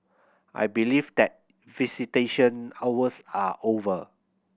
I believe that visitation hours are over